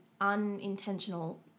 unintentional